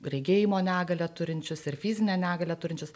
regėjimo negalią turinčius ir fizinę negalią turinčius